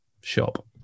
shop